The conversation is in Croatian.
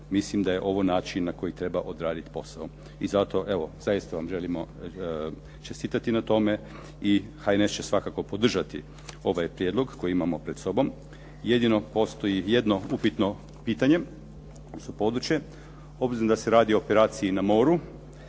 Mislim da je ovo način na koji treba odraditi posao. I zato evo, zaista vam želimo čestitati na tome i HNS će svakako podržati ovaj prijedlog koji imamo pred sobom, jedino postoji jedno upitno pitanje, odnosno područje, obzirom da se radi o operaciji na moru,